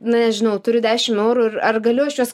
na nežinau turiu dešim eurų ir ar galiu aš juos